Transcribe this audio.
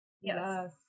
Yes